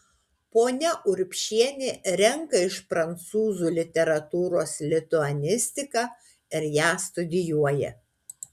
ponia urbšienė renka iš prancūzų literatūros lituanistiką ir ją studijuoja